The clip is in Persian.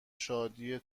شادی